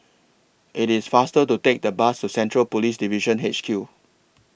IT IS faster to Take The Bus to Central Police Division H Q